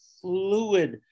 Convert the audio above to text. fluid